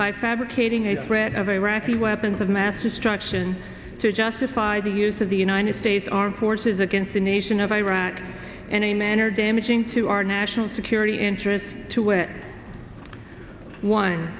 by fabricate adding a spread of iraqi weapons of mass destruction to justify the use of the united states armed forces against the nation of iraq in a manner damaging to our national security interests to wit one